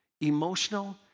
emotional